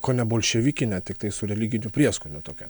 kone bolševikinę tiktai su religiniu prieskoniu tokią